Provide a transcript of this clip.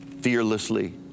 fearlessly